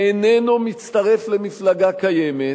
ואיננו מצטרף למפלגה קיימת,